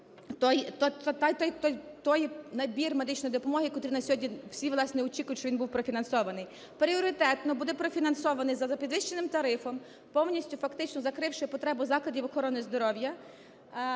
той набір медичної допомоги, котрий на сьогодні всі, власне, очікують, щоб він був профінансований. Пріоритетно буде профінансований за підвищеним тарифом, повністю фактично закривши потребу закладів охорони здоров'я,